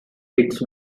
its